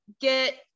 get